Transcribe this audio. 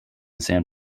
san